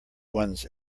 ones